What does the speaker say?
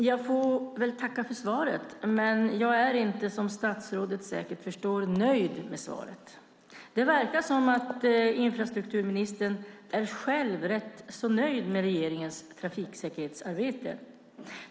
Fru talman! Jag får tacka för svaret. Men som statsrådet säkert förstår är jag inte nöjd med det. Det verkar som att infrastrukturministern själv är rätt så nöjd med regeringens trafiksäkerhetsarbete.